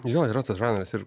jo yra tas žanras ir